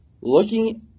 Looking